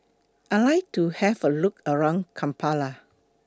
I like to Have A Look around Kampala